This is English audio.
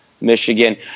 Michigan